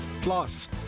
plus